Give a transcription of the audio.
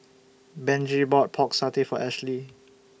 Benji bought Pork Satay For Ashlea